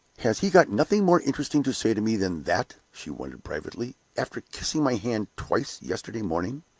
has he got nothing more interesting to say to me than that, she wondered, privately, after kissing my hand twice yesterday morning?